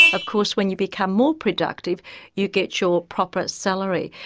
of course when you become more productive you get your proper salary.